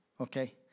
okay